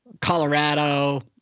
Colorado